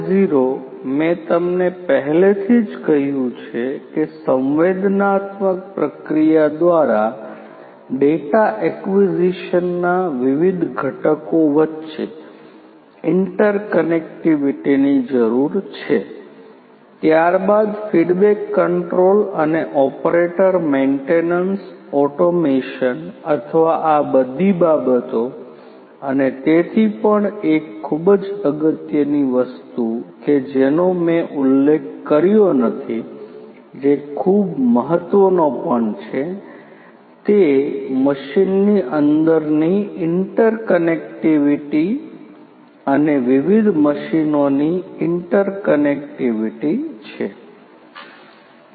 0 મેં તમને પહેલેથી જ કહ્યું છે કે સંવેદનાત્મક પ્રક્રિયા દ્વારા ડેટા એક્વિઝિશનના વિવિધ ઘટકો વચ્ચે ઇન્ટરકનેક્ટિવિટીની જરૂર છે ત્યારબાદ ફીડબેક કંટ્રોલ અને ઓપરેટર મેન્ટેનન્સ ઓટોમેશન અથવા આ બધી બાબતો અને તેથી પણ એક ખૂબ જ અગત્યની વસ્તુ કે જેનો મેં ઉલ્લેખ કર્યો નથી જે ખૂબ મહત્વનો પણ છે તે મશીનની અંદરની ઇન્ટરકનેક્ટિવિટી અને વિવિધ મશીનોની ઇન્ટરકનેક્ટિવિટી છે